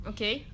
Okay